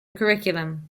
curriculum